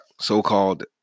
so-called